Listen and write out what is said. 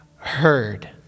heard